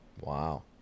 Wow